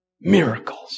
Miracles